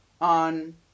on